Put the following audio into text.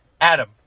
Adam